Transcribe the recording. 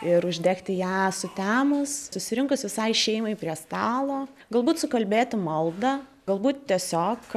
ir uždegti ją sutemus susirinkus visai šeimai prie stalo galbūt sukalbėti maldą galbūt tiesiog